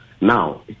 Now